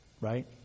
right